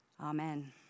Amen